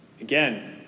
again